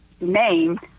name